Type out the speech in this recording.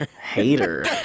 Hater